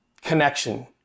connection